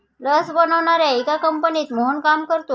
लस बनवणाऱ्या एका कंपनीत मोहन काम करतो